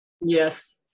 Yes